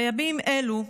בימים אלו,